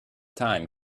time